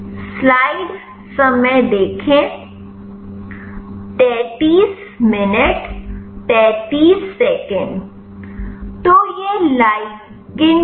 तो यह लिगंड की संरचना है